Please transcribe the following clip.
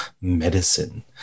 medicine